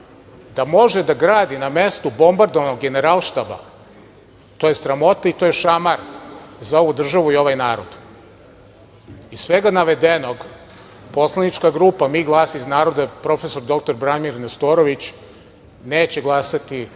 da može da gradi na mestu bombardovanog Generalštaba , to je sramota i to je šamar za ovu državu i ovaj narod. Iz svega navedenog, poslanička grupa Mi - glas iz naroda, prof. dr Branimir Nestorović neće glasati